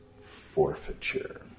forfeiture